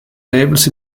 labels